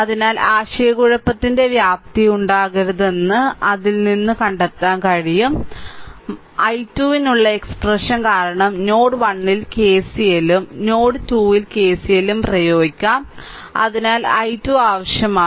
അതിനാൽ ആശയക്കുഴപ്പത്തിന്റെ വ്യാപ്തി ഉണ്ടാകരുതെന്ന് അതിൽ നിന്ന് കണ്ടെത്താൻ കഴിയും അതായത് i2 നുള്ള എക്സ്പ്രഷൻ കാരണം നോഡ് 1 ൽ KCL ഉം നോഡ് 2 ൽ KCL ഉം പ്രയോഗിക്കും അതിനാൽ i2 ആവശ്യമാണ്